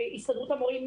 הסתדרות המורים,